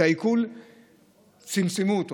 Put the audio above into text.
צמצמו,